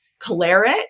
choleric